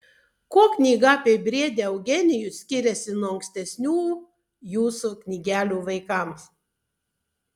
kuo knyga apie briedį eugenijų skiriasi nuo ankstesnių jūsų knygelių vaikams